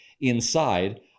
inside